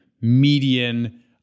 median